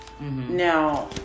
now